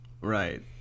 Right